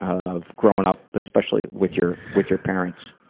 of growing up, especially with your, with your parents.